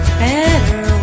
better